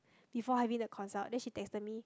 before having the consult then she texted me